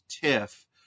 TIFF